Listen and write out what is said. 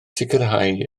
sicrhau